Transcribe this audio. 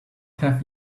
have